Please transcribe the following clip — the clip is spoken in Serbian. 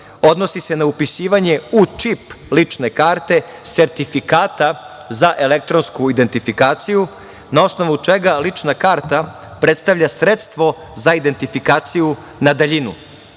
odnosi se na upisivanje u čip lične karte sertifikata za elektronsku identifikaciju na osnovu čega lična karta predstavlja sredstvo za identifikaciju na daljinu.